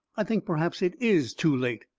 i think perhaps it is too late.